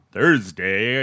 Thursday